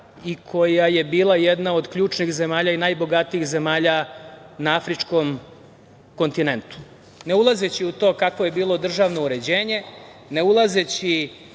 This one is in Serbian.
i koja je bila jedna od ključnih zemalja i najbogatijih zemalja na afričkom kontinentu. Ne ulazeći u to kakvo je bilo državno uređenje, ne ulazeći